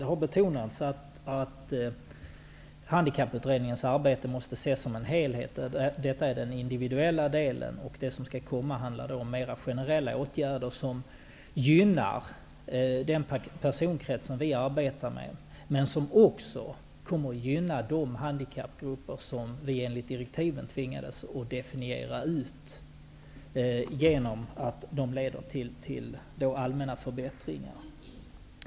Det har ju betonats att Handikapputredningens arbete måste ses som en helhet. Detta är den individuella delen. Det som skall komma handlar mer om generella åtgärder, som gynnar den personkrets som vi arbetar med. Men det kommer också att gynna de handikappgrupper som vi enligt direktiven tvingades att så att säga definiera ut, genom att åtgärderna leder till allmänna förbättringar.